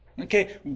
Okay